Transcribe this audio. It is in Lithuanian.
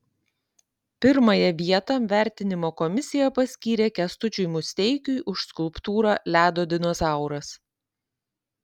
pirmąją vietą vertinimo komisija paskyrė kęstučiui musteikiui už skulptūrą ledo dinozauras